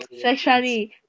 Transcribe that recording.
sexually